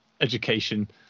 education